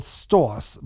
stores